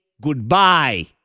goodbye